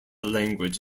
language